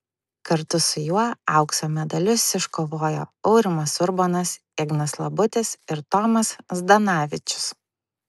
kartu su juo aukso medalius iškovojo aurimas urbonas ignas labutis ir tomas zdanavičius